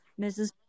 Mrs